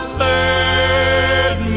third